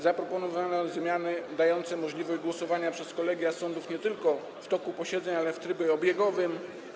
Zaproponowane zmiany dają możliwość głosowania przez kolegia sądów nie tylko w toku posiedzeń, ale też w trybie obiegowym.